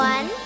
One